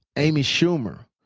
amy schumer,